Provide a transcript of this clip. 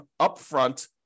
upfront